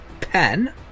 pen